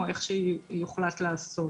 או מה שיוחלט לעשות.